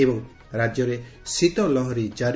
ଏବଂ ରାଜ୍ୟରେ ଶୀତଲହରୀ କାରି